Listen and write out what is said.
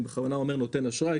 אני בכוונה אומר נותן אשראי,